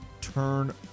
turn